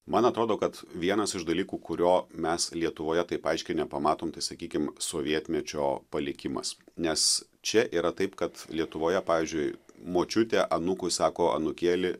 man atrodo kad vienas iš dalykų kurio mes lietuvoje taip aiškiai nepamatom tai sakykim sovietmečio palikimas nes čia yra taip kad lietuvoje pavyzdžiui močiutė anūkui sako anūkėli